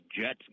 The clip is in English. Jets